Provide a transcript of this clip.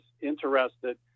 interested